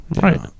Right